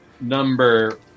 number